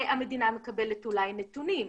שהמדינה מקבלת אולי נתונים,